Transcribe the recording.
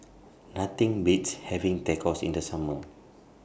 Nothing Beats having Tacos in The Summer